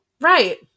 Right